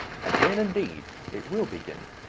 and then, indeed, it will begin.